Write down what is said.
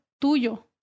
tuyo